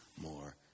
more